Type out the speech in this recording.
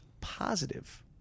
positive